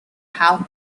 have